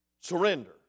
surrender